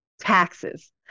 taxes